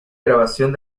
grabación